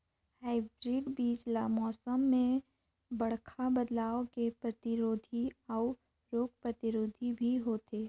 hybrid बीज ल मौसम में बड़खा बदलाव के प्रतिरोधी अऊ रोग प्रतिरोधी भी होथे